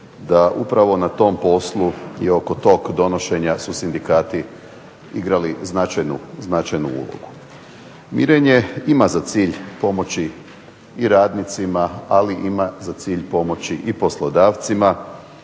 da upravo na tom poslu i oko tog donošenja su sindikati igrali značajnu ulogu. Mirenje ima za cilj pomoći i radnicima, ali ima za cilj pomoći i poslodavcima